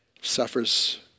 suffers